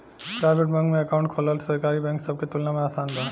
private bank में account खोलल सरकारी बैंक सब के तुलना में आसान बा